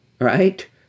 right